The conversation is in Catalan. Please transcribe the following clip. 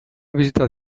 visitar